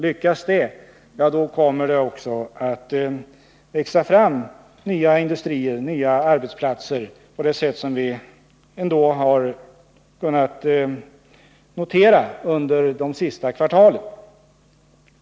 Lyckas det, då kommer det också att växa fram nya industrier och skapas nya arbetstillfällen på samma sätt som skett under det senaste kvartalet, vilket vi har kunnat konstatera.